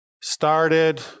started